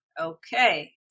Okay